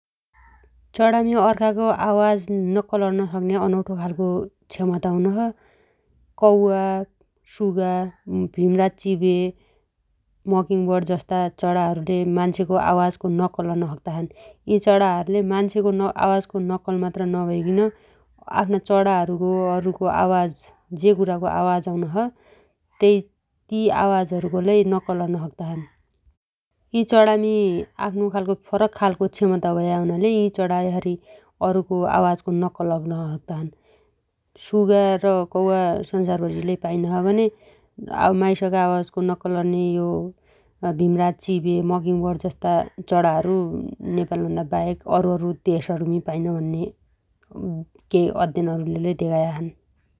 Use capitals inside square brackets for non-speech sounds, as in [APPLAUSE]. [NOISE] चणामी अर्खागो आवाज नक्कल अर्न सक्न्या अनौठो खालगो क्षमता हुनोछ । कौवा, सुगा, भीमराज चीवे, मकिङबर्डजस्ता चणाहरूले मान्छेको आवाजको नक्कल अर्न सक्ताछन् । यी चणाहरुले मान्छेको आवाजको नक्कल मात्र नभइकीन [NOISE] आफ्ना चणाहरूगो [NOISE] अरुको आवाज जे कुणागो आवाज आउनोछ तेइ ती आवाजहरुगो लै नक्कल अर्न सक्ताछन् । यी चणामी आफ्नोखालगो फरकखालको क्षमता भयाहुनाले यी चणा यसरी अरूको आवाजको नक्कल अर्न सक्ताछन् । सुगा र कौवा स‌सारभरी भरी लै पाइनो छ भने माइसगा आवाज नक्कल अर्ने यो भीमराज चीवे, मकिङबर्डजसा चणाहरू नेपालभन्राबाहेक अउरूअउरू देशहरूमी पाइनो भन्ने [HESITATION] केही अरु अध्ययनहरुले लै धेगाया छन् ।